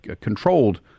controlled